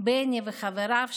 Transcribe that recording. בני וחבריו,